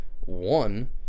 one